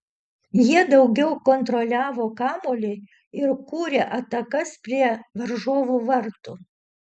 jie daugiau kontroliavo kamuolį ir kūrė atakas prie varžovų vartų